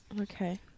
Okay